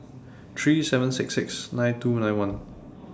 three seven six six nine two nine one